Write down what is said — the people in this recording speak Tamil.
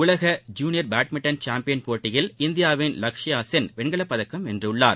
உலக ஜூனியர் பேட்மிண்டன் சாம்பியன் போட்டியில் இந்தியாவின் லக்ஷயா சென் வெண்கலப் பதக்கம் வென்றுள்ளார்